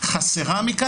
חסרה מכאן.